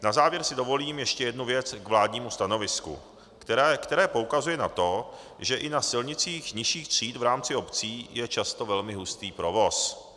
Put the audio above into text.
Na závěr si dovolím ještě jednu věc k vládnímu stanovisku, které poukazuje na to, že i na silnicích nižších tříd v rámci obcí je často velmi hustý provoz.